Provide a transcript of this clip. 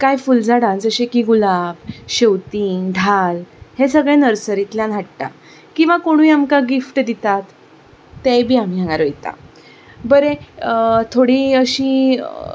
कांय फूल झाडां जशी की गुलाब शेवतीं धाल हें सगळें नर्सरींतल्यान हाडटा किंवां कोणूय आमकां गिफ्ट दितात तेंवूय बी आमीं हांगा रयतात बरें थोडीं अशीं